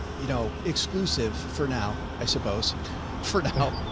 you know, exclusive for now, i suppose for now.